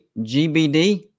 GBD